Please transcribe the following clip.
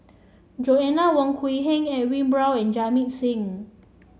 Joanna Wong Quee Heng Edwin Brown and Jamit Singh